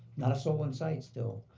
not a soul in sight still.